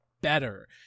better